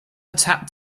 tapped